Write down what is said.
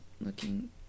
looking